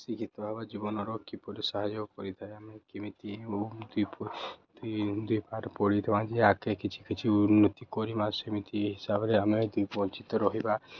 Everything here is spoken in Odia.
ଶିକ୍ଷିତ ହେବା ଜୀବନର କିପରି ସାହାଯ୍ୟ କରିଥାଏ ଆମେ କେମିତି ଏବଂ ଦୁଇ ଦୁଇ ପାଠ ପଢ଼ିଥିମା ଯେ ଆଗ୍କେ କିଛି କିଛି ଉନ୍ନତି କରିବା ସେମିତି ହିସାବ୍ରେ ଆମେ ଦୁଇ ପରିଚିତ ରହିବା